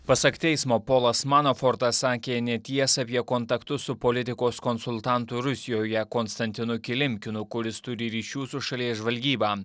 pasak teismo polas manafortas sakė netiesą apie kontaktus su politikos konsultantu rusijoje konstantinu kilimkinu kuris turi ryšių su šalies žvalgyba